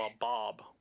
Bob